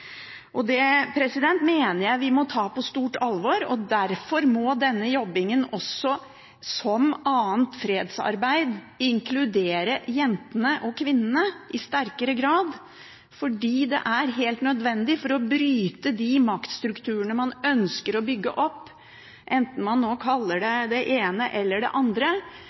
Det mener jeg vi må ta på stort alvor, og derfor må denne jobbingen, som annet fredsarbeid, inkludere jentene og kvinnene i sterkere grad. Det er helt nødvendig for å bryte de maktstrukturene man ønsker å bygge opp. Enten man nå kaller det det ene eller det andre,